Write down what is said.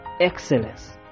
excellence